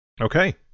Okay